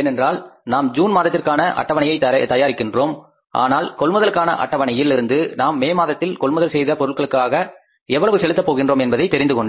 ஏனென்றால் நாம் ஜூன் மாதத்திற்கான அட்டவணையை தயாரிக்கின்றோம் ஆனால் கொள்முதலுக்கான அட்டவணையில் இருந்து நாம் மே மாதத்தில் கொள்முதல் செய்த பொருட்களுக்கு எவ்வளவு செலுத்தப் போகிறோம் என்பதை தெரிந்து கொண்டோம்